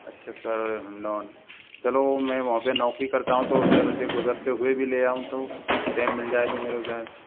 अच्छा सर हिंडोन चलो मैं वहाँ पे नौकरी करता हूँ तो उधर से गुजरते हुए ले आऊँ तो टैम मिल जाए तो मेरे को